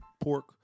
pork